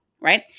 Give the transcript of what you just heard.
right